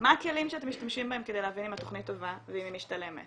מה הכלים שאתם משתמשים בהם כדי להבין אם התכנית טובה ואם היא משתלמת,